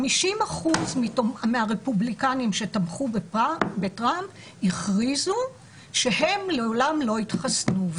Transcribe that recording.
50% מהרפובליקנים שתמכו בטראמפ הכריזו שהם לעולם לא יתחסנו,